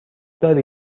داری